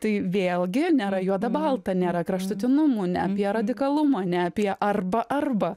tai vėlgi nėra juoda balta nėra kraštutinumų ne apie radikalumą ne apie arba arba